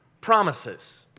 promises